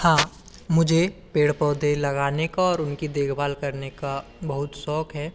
हाँ मुझे पेड़ पौधे लगाने का और उनकी देखभाल करने का बहुत शौक़ है